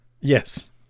Yes